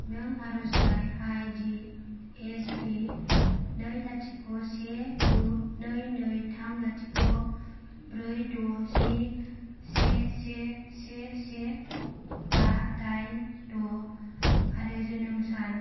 नों आर'जलाइ I D S P नै लाथिख' से गु नै नै थाम लाथिख' ब्रै द' स्नि से से से से बा दाइन द' आरो जोनोम सान